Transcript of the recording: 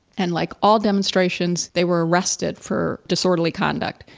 and like all demonstrations, they were arrested for disorderly conduct.